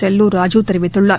செல்லுா் ராஜூ தெரிவித்துள்ளார்